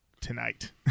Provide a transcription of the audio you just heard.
tonight